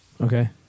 Okay